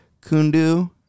Kundu